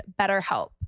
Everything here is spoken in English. BetterHelp